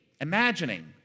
imagining